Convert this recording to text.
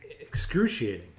excruciating